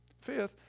Fifth